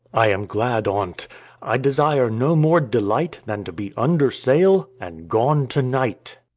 i am glad on't i desire no more delight than to be under sail and gone to-night.